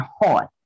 heart